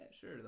sure